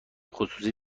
خصوصی